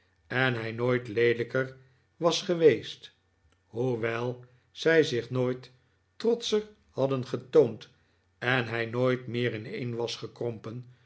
en hij nooit leelijker was geweeest hoewel zij zich nooit trotscher hadden getoond en hi nooit meer ineen was